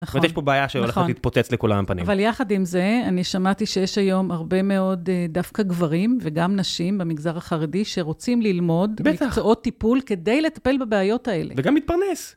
ויש פה בעיה שהולכת להתפוצץ לכולם על פנים. אבל יחד עם זה, אני שמעתי שיש היום הרבה מאוד דווקא גברים, וגם נשים במגזר החרדי שרוצים ללמוד, בטח. מקצועות טיפול כדי לטפל בבעיות האלה. וגם מתפרנס.